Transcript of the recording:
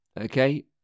Okay